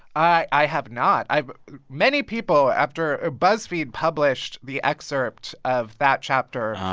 i i have not. i many people after ah buzzfeed published the excerpt of that chapter,